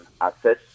access